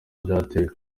byateje